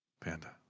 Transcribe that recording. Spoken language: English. Panda